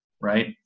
right